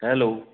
hello